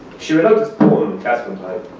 she read out this poem past one time.